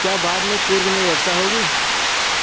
क्या बाद में कुर्ग में वर्षा होगी